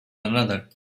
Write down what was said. another